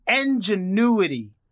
ingenuity